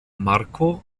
marco